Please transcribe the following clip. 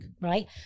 Right